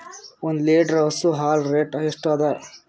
ಒಂದ್ ಲೀಟರ್ ಹಸು ಹಾಲ್ ರೇಟ್ ಎಷ್ಟ ಅದ?